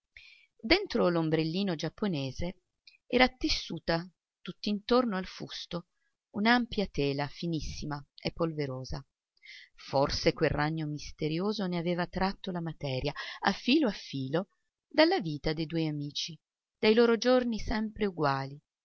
dentro l'ombrellino giapponese era tessuta tutt'intorno al fusto un'ampia tela finissima e polverosa forse quel ragno misterioso ne aveva tratto la materia a filo a filo dalla vita de due amici dai loro giorni sempre uguali